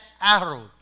arrow